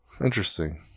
interesting